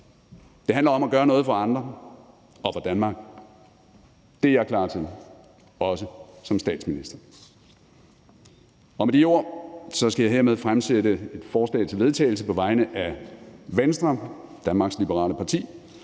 Det handler om at gøre noget for andre og for Danmark. Det er jeg klar til, også som statsminister. Med de ord skal jeg hermed fremsætte et forslag til vedtagelse på vegne af Venstre, Danmarks Liberale Parti,